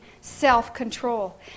self-control